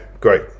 Great